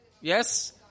Yes